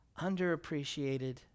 underappreciated